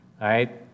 right